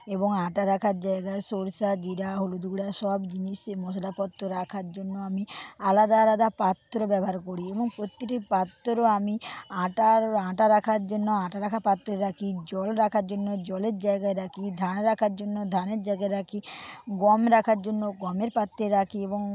এবং আটা রাখার জায়গা সর্ষে জিরা হলুদ গুড়া সব জিনিস মশলা পত্তর রাখার জন্য আমি আলাদা আলাদা পাত্র ব্যবহার করি এবং প্রত্যেকটি পাত্র আমি আটা আটা রাখার জন্যে আটা রাখার পাত্র রাখি জল রাখার জন্যে জলের জায়গা রাখি ধান রাখার জন্যে ধানের জায়গা রাখি গম রাখার জন্য গমের পাত্রে রাখি এবং